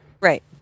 Right